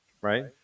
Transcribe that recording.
Right